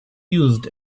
used